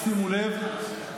שימו לב,